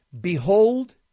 Behold